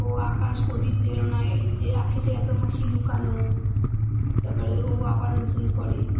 ও আকাশ প্রদীপ জ্বেলো না যে আঁখিতে এত হাসি লুকানো তারপরে ও আবার নতুন করে